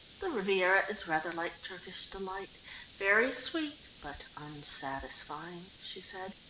the riviera is rather like turkish delight very sweet, but unsatisfying, she said.